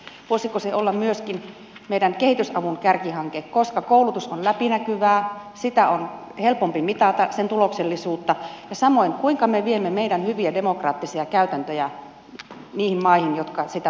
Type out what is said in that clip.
voisiko se olla myöskin meidän kehitysavun kärkihanke koska koulutus on läpinäkyvää sitä on helpompi mitata sen tuloksellisuutta ja samoin kuinka me viemme meidän hyviä demokraattisia käytäntöjä niihin maihin jotka sitä todella tarvitsevat